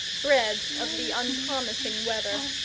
bred of the unpromising weather,